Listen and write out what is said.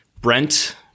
brent